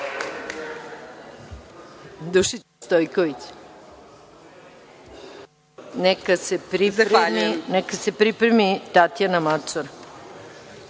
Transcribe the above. Dušica Stojković. Neka se pripremi Tatjana Macura.